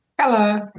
Hello